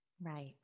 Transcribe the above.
Right